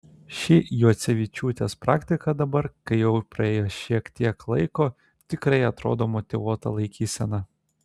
ši juocevičiūtės praktika dabar kai jau praėjo šiek tiek laiko tikrai atrodo motyvuota laikysena